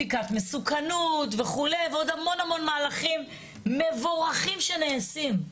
בדיקת מסוכנות וכולי ועוד המון המון מהלכים מבורכים שנעשים.